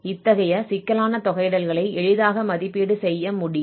இத்தகைய சிக்கலான தொகையிடல்களை எளிதாக மதிப்பீடு செய்ய முடியும்